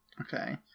Okay